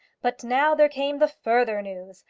but now there came the further news!